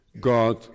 God